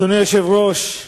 אדוני היושב-ראש,